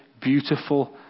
beautiful